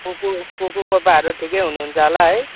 cuckoo कोकू कोपाहरू ठिकै हुनुहुन्छ होला है